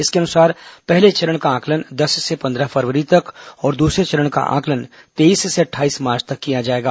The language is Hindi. इसके अुनसार पहले चरण का आकलन दस से पंद्रह फरवरी तक और दूसरे चरण का आकलन तेईस से अट्ठाईस मार्च तक किया जाएगा